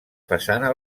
façana